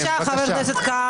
בבקשה, חבר הכנסת כהנא.